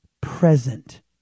present